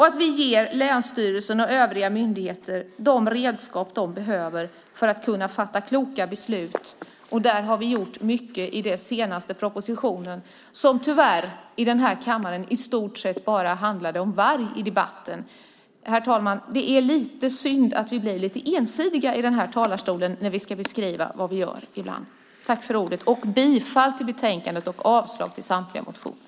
Vi ska ge länsstyrelserna och övriga myndigheter de redskap de behöver för att fatta kloka beslut. Där har vi gjort mycket i den senaste propositionen, där debatten här i kammaren tyvärr i stort sett handlade bara om varg. Det är synd att vi blir lite ensidiga i talarstolen ibland när vi ska beskriva vad vi gör. Jag yrkar bifall till utskottets förslag och avslag på samtliga motioner.